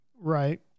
Right